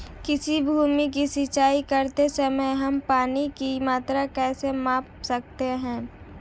किसी भूमि की सिंचाई करते समय हम पानी की मात्रा कैसे माप सकते हैं?